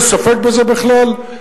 יש ספק בזה בכלל?